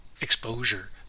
exposure